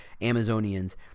amazonians